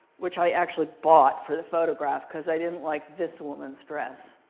which i actually bought for the photograph. because i didn't like this woman's dress.